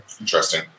Interesting